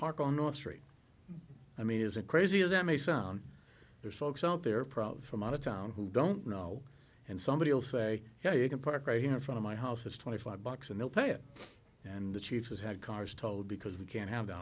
park on north street i mean is it crazy as it may sound there's folks out there probably from out of town who don't know and somebody will say yeah you can park right in front of my house it's twenty five bucks and they'll pay it and the chief has had cars towed because we can't have